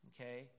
okay